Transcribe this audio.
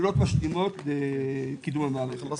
פעולות משלימות לקידום המערכת.